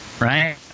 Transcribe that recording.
right